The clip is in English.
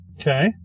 Okay